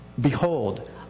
Behold